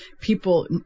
People